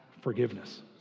forgiveness